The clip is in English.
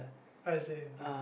I say